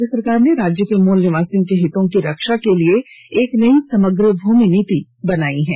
राज्य सरकार ने राज्य के मूल निवासियों के हितों की रक्षा के लिए एक नई समग्र भूमि नीति बनाई है